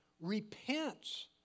repents